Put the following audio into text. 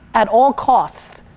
at all costs,